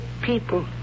people